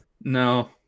No